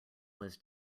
was